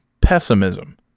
pessimism